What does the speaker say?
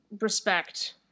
respect